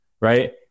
Right